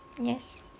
Yes